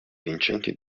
vincenti